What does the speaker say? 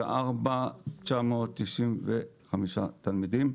54,995 תלמידים.